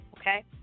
okay